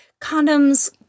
condoms